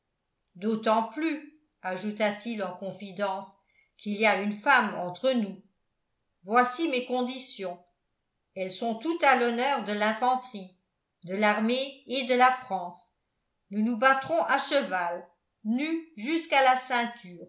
d'autant plus ajouta-t-il en confidence qu'il y a une femme entre nous voici mes conditions elles sont tout à l'honneur de l'infanterie de l'armée et de la france nous nous battrons à cheval nus jusqu'à la ceinture